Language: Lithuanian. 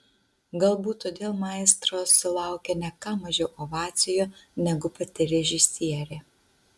galbūt todėl maestro sulaukė ne ką mažiau ovacijų negu pati režisierė